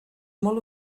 molt